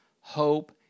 hope